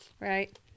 Right